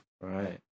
Right